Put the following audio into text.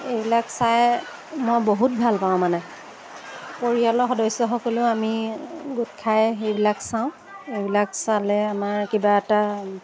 এইবিলাক চাই মই বহুত ভাল পাওঁ মানে পৰিয়ালৰ সদস্যসকলেও আমি গোট খাই সেইবিলাক চাওঁ এইবিলাক চালে আমাৰ কিবা এটা